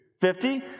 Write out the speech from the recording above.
Fifty